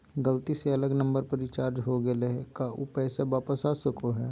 गलती से अलग नंबर पर रिचार्ज हो गेलै है का ऊ पैसा वापस आ सको है?